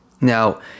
Now